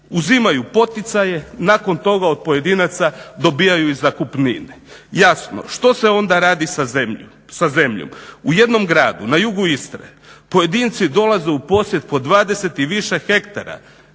Uzimaju poticaje. Nakon toga od pojedinaca dobivaju i zakupnine. Jasno što se onda radi sa zemljom? U jednom gradu na jugu Istre pojedinci dolaze u posjed po 20 i više hektara.